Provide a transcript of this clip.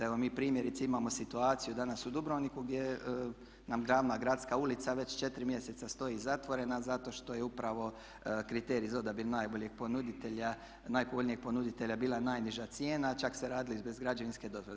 Evo mi primjerice imamo situaciju danas u Dubrovniku gdje nam glavna gradska ulica već 4 mjeseca stoji zatvorena zato što je upravo kriterij za odabir najboljeg, najpovoljnijeg ponuditelja bila najniža cijena, a čak se radilo i bez građevinske dozvole.